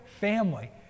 family